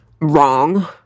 wrong